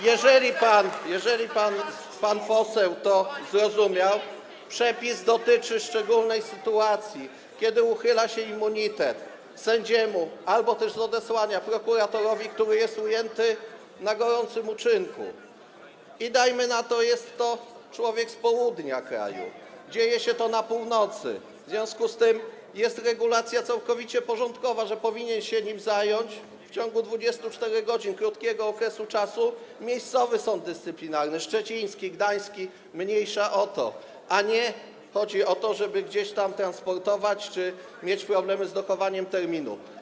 jeżeli pan poseł to zrozumiał, przepis dotyczy szczególnej sytuacji, kiedy uchyla się immunitet sędziemu albo też z odesłania prokuratorowi, który jest ujęty na gorącym uczynku, i, dajmy na to, jest to człowiek z południa kraju, dzieje się to na północy, w związku z tym jest regulacja całkowicie porządkowa, że powinien się nim zająć w ciągu 24 godzin, krótkiego czasu, miejscowy sąd dyscyplinarny, szczeciński, gdański, mniejsza o to, a nie chodzi o to, żeby gdzieś tam transportować czy mieć problemy z dochowaniem terminu.